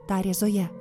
tarė zoja